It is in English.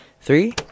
three